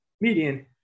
median –